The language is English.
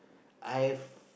I've